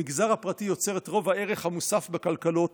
המגזר הפרטי יוצר את רוב הערך המוסף בכלכלות